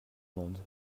monde